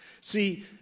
See